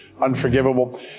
unforgivable